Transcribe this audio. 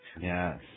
Yes